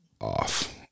off